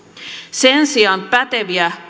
sen sijaan päteviä